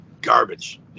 garbage